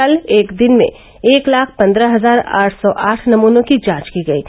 कल एक दिन में एक लाख पन्द्रह हजार आठ सौ आठ नमूनों की जांच की गयी